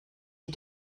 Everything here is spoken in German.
ich